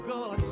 God